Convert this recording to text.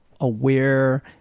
aware